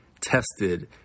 tested